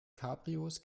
cabrios